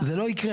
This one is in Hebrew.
זה לא יקרה.